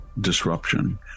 disruption